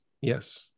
yes